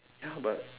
ya but